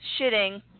Shitting